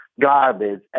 garbage